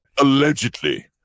Allegedly